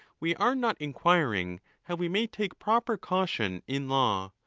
we are not inquiring how we may take proper caution in law,